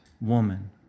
woman